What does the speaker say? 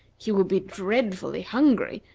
he will be dreadfully hungry,